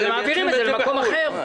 מעבירים את זה למקום אחר.